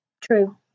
True